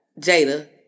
Jada